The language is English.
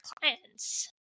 clients